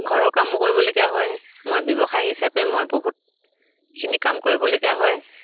ঘৰৰ কামো কৰিবলগীয়া হয় মই ব্যৱসায় হিচাপে মই বহুতখিনি কাম কৰিবলগীয়া হয়